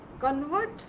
convert